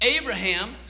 Abraham